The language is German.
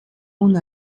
und